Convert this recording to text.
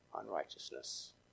unrighteousness